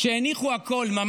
שהניחו הכול,